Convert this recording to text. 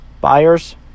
buyers